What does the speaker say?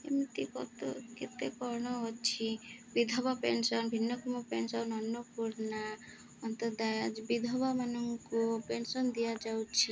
ଏମିତିତ କେତେ କ'ଣ ଅଛି ବିଧବା ପେନ୍ସନ୍ ଭିନ୍ନକ୍ଷମ ପେନ୍ସନ୍ ଅନ୍ନପୂର୍ଣ୍ଣା ଅନ୍ତଦାୟ ବିଧବାମାନଙ୍କୁ ପେନ୍ସନ୍ ଦିଆଯାଉଛି